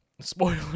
spoiler